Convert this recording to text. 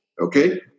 Okay